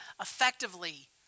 effectively